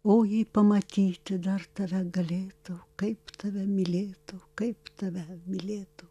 o jei pamatyti dar tave galėtau kaip tave mylėtau kaip tave mylėtau